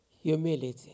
Humility